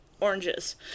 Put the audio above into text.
oranges